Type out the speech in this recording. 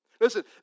Listen